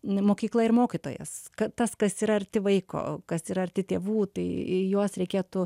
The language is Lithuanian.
na mokykla ir mokytojas kad tas kas yra arti vaiko kas yra arti tėvų tai juos reikėtų